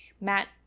Matt